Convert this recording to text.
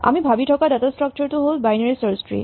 আমি ভাৱি থকা ডাটা স্ট্ৰাক্সাৰ টো হ'ল বাইনেৰী চাৰ্চ ট্ৰী